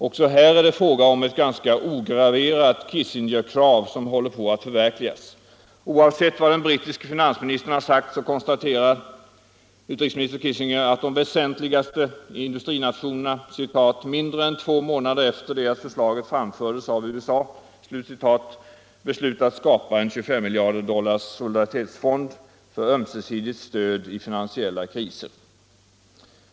Också här är det fråga om ett ganska ograverat Kissingerkrav som håller på att förverkligas. Oavsett vad den brittiske finansministern sagt konstaterar utrikesminister Kissinger att de väsentligaste industrinationerna ”mindre än två månader efter det att förslaget framfördes av USA” beslutat skapa en solidaritetsfond på 25 miljarder dollar för ömsesidigt stöd i finansiella kriser.